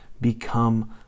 become